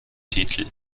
titel